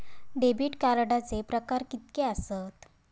Debit कार्डचे प्रकार कीतके आसत?